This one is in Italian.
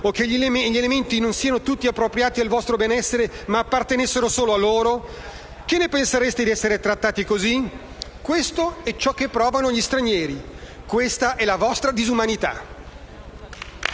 o che gli elementi non siano tutti appropriati al vostro benessere, ma appartenessero solo a loro? Che ne pensereste di essere trattati così? Questo è ciò che provano gli stranieri. Questa è la vostra disumanità».